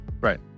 Right